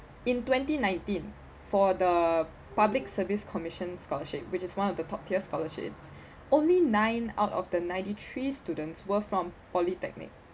in twenty nineteen for the public service commission scholarship which is one of the top tier scholarships only nine out of the ninety three students were from polytechnic